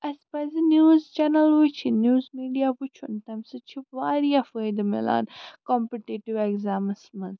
اسہِ پَزِ news channel وُچھِنۍ نِوٕز میٖڈیا وُچھُن تَمہِ سۭتۍ چھُ وارِیاہ فٲیدٕ میلان کَمپِٹیٹِو ایٚگزامَس منٛز